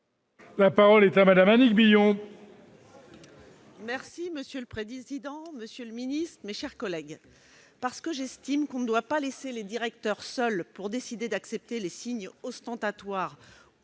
La parole est à Mme Annick Billon, sur l'article. Monsieur le président, monsieur le ministre, mes chers collègues, parce que j'estime qu'on ne doit pas laisser les directeurs seuls pour décider d'accepter ou non les signes ostentatoires